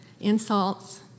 insults